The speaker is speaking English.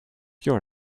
pure